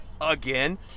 again